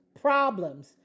problems